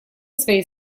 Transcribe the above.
своей